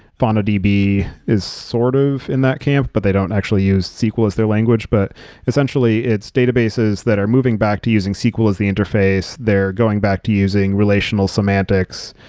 faunadb is sort of in that camp, but they don't actually use sql as their language. but essentially, it's databases that are moving back to using sql as the interface. they're going back to using relational semantics,